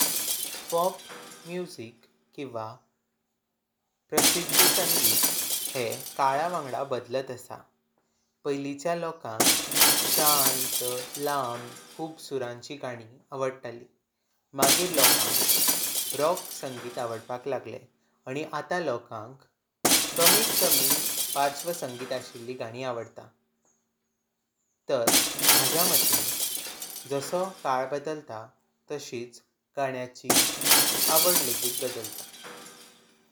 Pop music किवा प्रसिद्ध संगीत हे काळा वंगडा बदलत असा पैलिचा लोकांक शांत लांब खूप सुरांची गाणी आवडताली म्गर लोकांक रॉक संगीत आवडपाक लागले आणी। आता लोकांक कमीट कमी पाश्चव संगीत असलेंली गाणी आवडता तर मझा मतीन जसों काळ बदलता तसिच गाण्यांची आवड लेंजित बदलता।